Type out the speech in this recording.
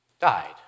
Died